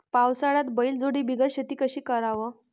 पावसाळ्यात बैलजोडी बिगर शेती कशी कराव?